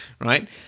Right